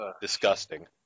disgusting